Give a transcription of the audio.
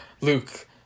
Luke